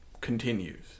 continues